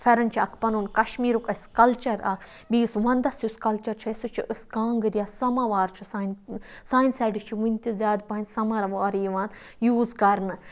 پھیٚرَن چھُ اکھ پَنُن کَشمیٖرُک اَسہِ کَلچَر اکھ بیٚیہِ یُس وَندَس یُس کَلچَر چھُ اَسہِ سُہ چھُ أسۍ کانٛگٕر یا سَماوار چھُ سانہِ سانہِ سایڈٕ چھُ وٕنۍ تہِ زیادٕ پَہَن سَمروار یِوان یوٗز کَرنہٕ